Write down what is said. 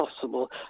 possible